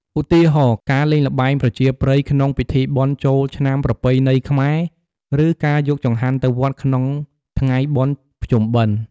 ឧទាហរណ៍ ការលេងល្បែងប្រជាប្រិយក្នុងពិធីបុណ្យចូលឆ្នាំប្រពៃណីខ្មែរ ឬការយកចង្ហាន់ទៅវត្តក្នុងថ្ងៃបុណ្យភ្ជុំបិណ្ឌ ។